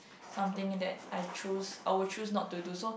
something that I choose I would choose not to do so